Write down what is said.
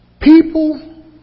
People